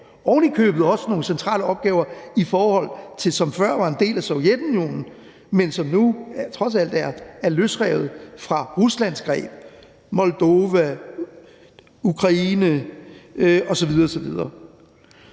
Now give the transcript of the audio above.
ovenikøbet også nogle centrale opgaver i forhold til det, som før var en del af Sovjetunionen, men som nu trods alt er løsrevet fra Ruslands greb: Moldova, Ukraine osv. osv.